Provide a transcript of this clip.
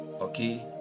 Okay